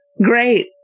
Great